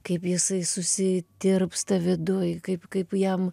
kaip jisai susitirpsta viduj kaip kaip jam